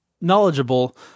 knowledgeable